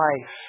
life